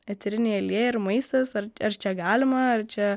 eteriniai aliejai ir maistas ar ar čia galima ar čia